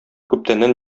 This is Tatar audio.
күптәннән